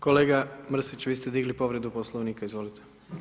Kolega Mrskić, vis te digli povredu Poslovnika, izvolite.